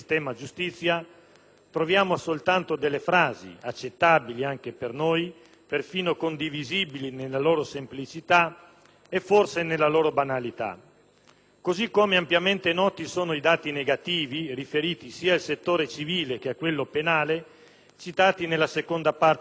troviamo soltanto delle frasi accettabili anche per noi, perfino condivisibili nella loro semplicità e forse nella loro banalità. Così come ampiamente noti sono i dati negativi riferiti sia al settore civile che a quello penale, citati nella seconda parte della sua relazione.